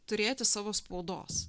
turėti savo spaudos